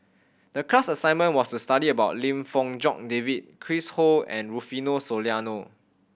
the class assignment was to study about Lim Fong Jock David Chris Ho and Rufino Soliano